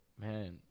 man